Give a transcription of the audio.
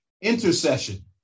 Intercession